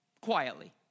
quietly